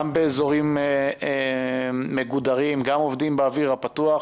באזורים מגודרים גם עובדים באוויר הפתוח.